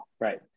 right